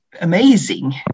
amazing